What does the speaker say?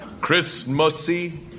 Christmassy